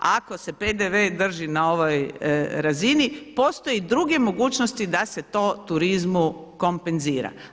Ako se PDV drži na ovoj razini postoje i druge mogućnosti da se to turizmu kompenzira.